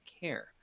care